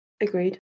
Agreed